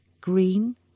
Green